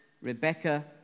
Rebecca